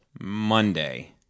Monday